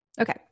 Okay